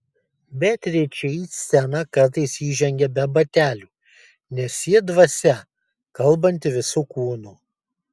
beatričė į sceną kartais įžengia be batelių nes ji dvasia kalbanti visu kūnu